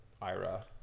IRA